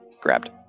Grabbed